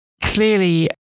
Clearly